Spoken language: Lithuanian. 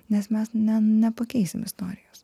nes mes ne nepakeisim istorijos